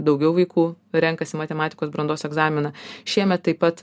daugiau vaikų renkasi matematikos brandos egzaminą šiemet taip pat